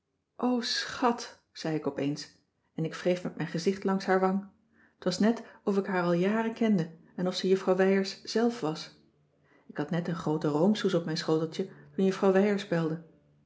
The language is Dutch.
schàt zei ik opeens en ik wreef met mijn gezicht langs haar wang t was net of ik haar al jaren kende en of ze juffrouw wijers zelf was ik had net een groote roomsoes op mijn schoteltje toen juffrouw wijers belde